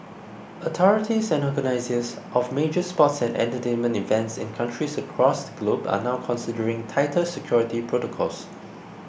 authorities and organisers of major sports and entertainment events in countries across the globe are now considering tighter security protocols